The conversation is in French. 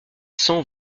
cent